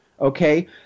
Okay